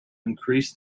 increase